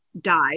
died